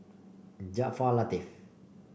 Jaafar Latiff